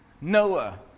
Noah